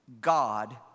God